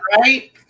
Right